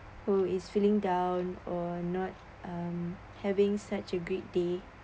who is feeling down or not um having such a great day